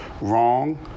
wrong